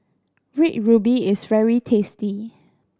Red Ruby is very tasty